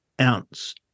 ounce